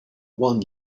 one